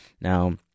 Now